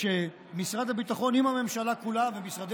שמשרד הביטחון עם הממשלה כולה ומשרדי